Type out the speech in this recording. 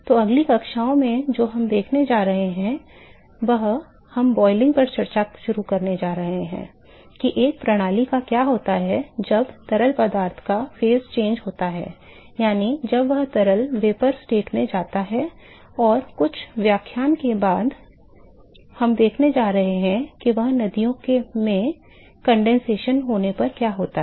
तो अगली कक्षाओं में हम जो देखने जा रहे हैं हम उबलने पर चर्चा शुरू करने जा रहे हैं कि एक प्रणाली का क्या होता है जब तरल पदार्थ का चरण परिवर्तन होता है यानी यह तरल से वाष्प अवस्था में जाता है और कुछ व्याख्यान के बIद हम देखने जा रहे हैं कि नदियों मे संघनन होने पर क्या होता है